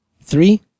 Three